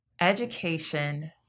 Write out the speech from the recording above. Education